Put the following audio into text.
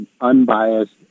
unbiased